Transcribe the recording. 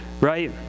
right